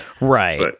right